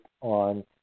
on